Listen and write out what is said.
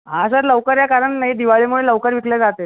हां सर लवकर या कारण नाही दिवाळीमुळे लवकर विकले जातात